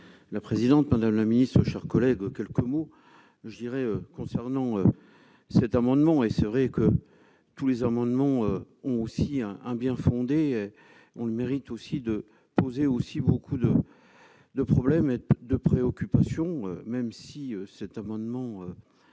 la présidente, madame le ministre, chers collègues, que le Comeau je dirais concernant cet amendement et serait que tous les amendements ont aussi un un bien-fondé, on le mérite aussi de poser aussi beaucoup de de problèmes et de préoccupation, même si cet amendement,